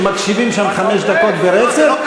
שמקשיבים שם חמש דקות ברצף,